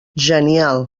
genial